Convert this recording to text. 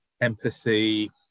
empathy